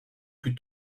plus